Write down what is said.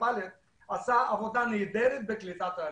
עשתה עבודה נהדרת בקליטת העלייה.